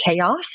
chaos